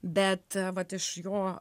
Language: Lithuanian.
bet vat iš jo